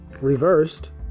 Reversed